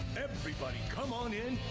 everybody come on in,